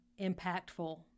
impactful